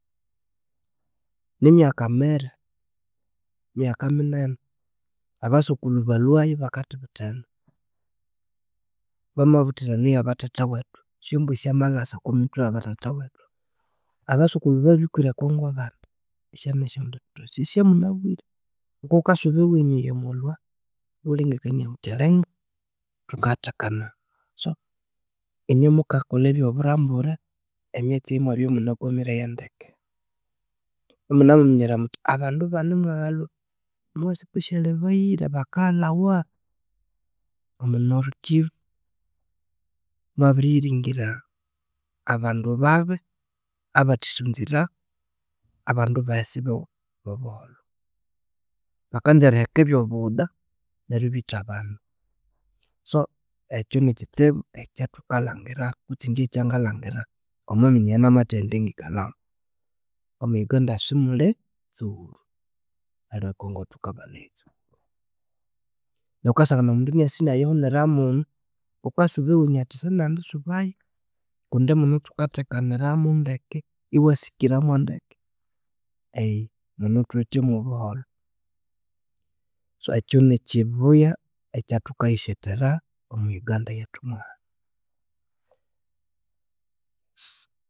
Nimyaka miri, myaka minene. Abasokulhu balhwayu ibakathibitha enu, bamabuthira enu yabathatha wethu, esyombwe syamalhasa okwamithwe eyabathatha wethu. Abasokulhu babirikwira e congo abandi isyanesyandibithu esyo esyamunabwire. Ghukabya ghukasuba ewenyu eyamwalha, iwalengekania ghuthi alinga thukayathekana. So, inywe mukakolha ebyoburambure, emyatsi eyi imwabya imunakwamireyu ndeke. Imunamuminyerera muthi abandu banimwaghalhwa more especially abayira, bakaghalhawa. Omwa nord kivu mwabiriyiringira abandu babi abathisunzira abandu bahisi bobuholho. Bakanza eriheka ebyoghuda neru ibitha abandu. So, ekyo nikyitsibu ekyathukalhangira kwitsi inje ekyangalhangira omwamyanya eyanamathaghenda ingikalhamu. Omwa Uganda simuli tsughuru aliwe e congo thukabana ebi. Neryo ghukasangana omundu inasa inayihunira munu, ghukasuba ewenyu? Athi sinendisubayu kundi munu thukathekaniramu ndeke. Iwasikira mwandeke, eeee munu thuwithe mwobuholho. So ekyu nikyibuya ekyathukayishethera omwa Uganda yethu mwahanu.